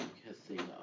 kissing